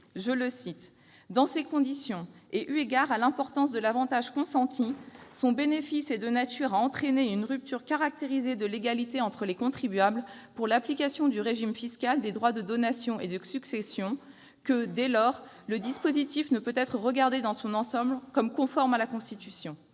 que « dans ces conditions et eu égard à l'importance de l'avantage consenti, son bénéfice est de nature à entraîner une rupture caractérisée de l'égalité entre les contribuables pour l'application du régime fiscal des droits de donation et de succession » et que, dès lors, le dispositif « ne peut être regardé dans son ensemble comme conforme à la Constitution ».